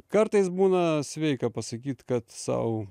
kartais būna sveika pasakyt kad sau